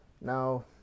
Now